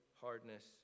hardness